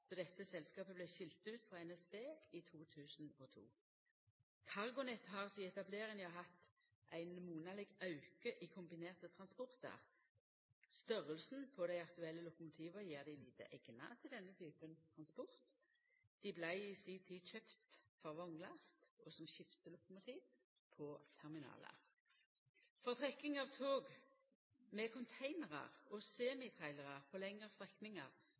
dette selskapet vart skilt ut frå NSB i 2002. CargoNet har sidan etableringa hatt ein monaleg auke i kombinerte transportar. Storleiken på dei aktuelle lokomotiva gjer dei lite eigna til denne typen transport. Dei vart i si tid kjøpt for vognlast og som skiftelokomotiv på terminalar. For trekking av tog med containerar og semitrailerar på lengre strekningar